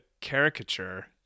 caricature